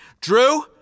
Drew